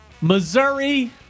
Missouri